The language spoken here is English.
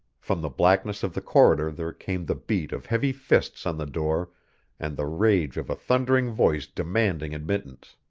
from the blackness of the corridor there came the beat of heavy fists on the door and the rage of a thundering voice demanding admittance.